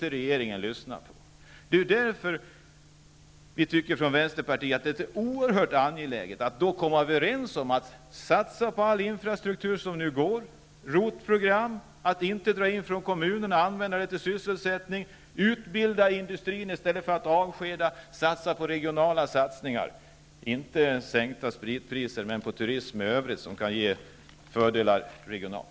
Regeringen vill inte lyssna på det här. Därför tycker vi i Vänsterpartiet att det är oerhört angeläget att vi kommer överens om att satsa på all den infrastruktur som går, på ROT program och på att inte dra in pengar från kommunerna och använda dem till sysselsättning. Vi bör utbilda i industrin i stället för att avskeda, och vi bör göra regionala satsningar. Det gäller inte sänkta spritpriser, men satsningar på turism i övrigt. Det kan ge regionala fördelar.